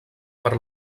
per